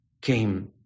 came